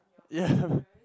ya